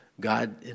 God